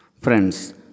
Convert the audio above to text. Friends